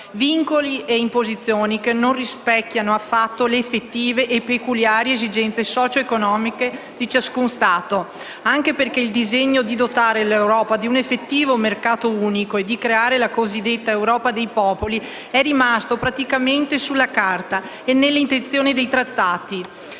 Vincoli ed imposizioni che non rispecchiano affatto le effettive e peculiari esigenze socio-economiche di ciascun Stato, anche perché il disegno di dotare l'Europa di un effettivo mercato unico e di creare la cosiddetta Europa dei popoli è rimasto praticamente sulla carta e nelle intenzioni dei Trattati.